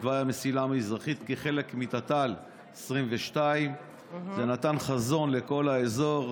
על תוואי המסילה המזרחית כחלק מתת"ל 22. זה נתן חזון לכל האזור.